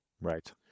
Right